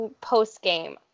post-game